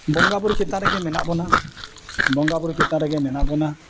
ᱵᱚᱸᱜᱟ ᱵᱩᱨᱩ ᱪᱮᱛᱟᱱ ᱨᱮᱜᱮ ᱢᱮᱱᱟᱜ ᱵᱚᱱᱟ ᱵᱚᱸᱜᱟ ᱵᱩᱨᱩ ᱪᱮᱛᱟᱱ ᱨᱮᱜᱮ ᱢᱮᱱᱟᱜ ᱵᱚᱱᱟ